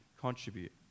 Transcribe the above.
contribute